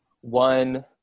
one